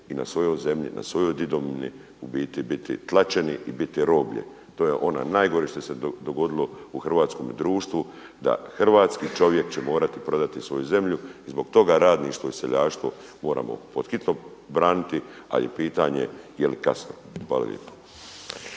i na svojoj zemlji, svojoj didovini u biti biti tlačeni i biti roblje. To je ono najgore što se dogodilo u hrvatskome društvu, da hrvatski čovjek će morati prodati svoju zemlju i zbog toga radništvo i seljaštvo moramo pod hitno braniti, ali je pitanje jel kasno. Hvala lijepo.